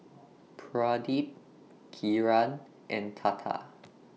Pradip Kiran and Tata